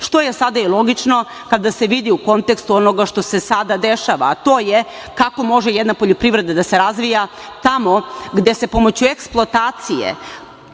što je sada i logično kada se vidi u kontekstu onoga što se sada dešava, a to je kako može jedna poljoprivreda da se razvija tamo gde se pomoću eksploatacije